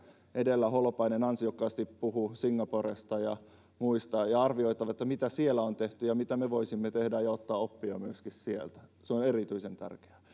edellä holopainen ansiokkaasti puhui singaporesta ja muista ja on arvioitava mitä siellä on tehty ja mitä me voisimme tehdä ja ottaa oppia myöskin sieltä se on erityisen tärkeää